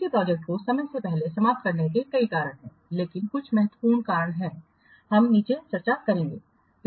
किसी प्रोजेक्ट को समय से पहले समाप्त करने के कई कारण हैं लेकिन कुछ महत्वपूर्ण कारण हैं हम नीचे चर्चा करेंगे